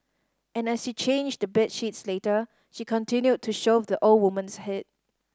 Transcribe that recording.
and as she changed the bed sheets later she continued to shove the old woman's head